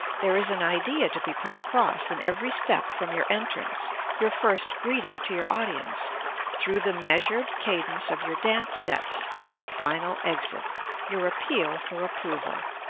there is an idea to be put across in every step from your entrance your first greeting to your audience through the measured cadence of your dance steps, to the final exit your appeal for approval.